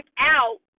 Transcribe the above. out